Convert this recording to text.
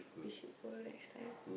we should go next time